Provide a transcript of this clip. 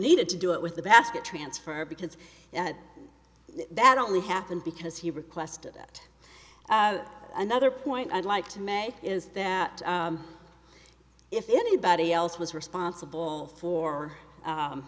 needed to do it with the basket transfer because that only happened because he requested it another point i'd like to make is that if anybody else was responsible for